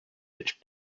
which